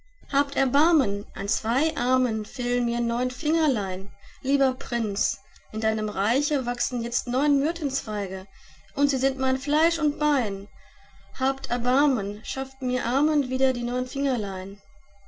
habt erbarmen an zwei armen fehlen mir neun fingerlein lieber prinz in deinem reiche wachsen jetzt neun myrtenzweige und sie sind mein fleisch und bein habt erbarmen schafft mir armen wieder die neun fingerlein